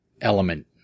element